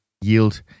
yield